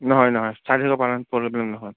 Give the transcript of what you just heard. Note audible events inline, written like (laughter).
নহয় নহয় (unintelligible)